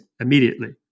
immediately